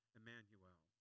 Emmanuel